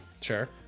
Sure